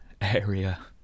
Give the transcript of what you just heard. area